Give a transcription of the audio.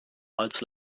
allzu